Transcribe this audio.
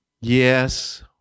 yes